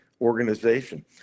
organization